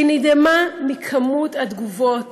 היא נדהמה מכמות התגובות